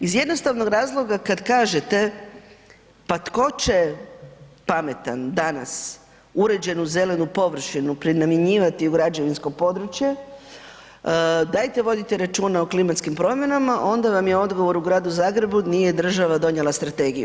Iz jednostavnog razloga kad kažete pa tko će pametan danas, uređenu zelenu površinu prenamjenjivati u građevinsko područje, dajte vodite računa o klimatskim promjenama onda vam je odgovor u Gradu Zagrebu, nije država donijela strategiju.